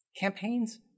campaigns